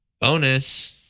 Bonus